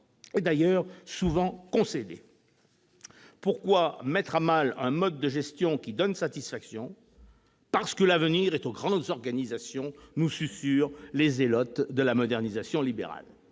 la gestion est souvent concédée. Pourquoi mettre à mal un mode de gestion qui donne satisfaction ? Parce que l'avenir est aux grandes organisations, nous susurrent les zélotes de la modernisation libérale